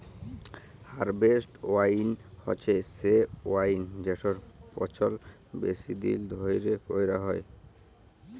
harvest wine হছে সে wine যেটর পচল বেশি দিল ধ্যইরে ক্যইরা হ্যয়